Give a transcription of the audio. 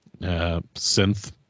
synth